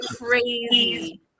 crazy